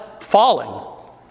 falling